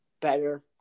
better